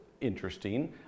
interesting